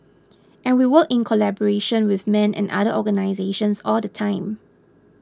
and we work in collaboration with men and other organisations all the time